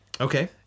Okay